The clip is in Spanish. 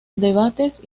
debates